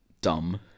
dumb